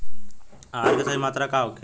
आहार के सही मात्रा का होखे?